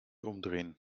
umdrehen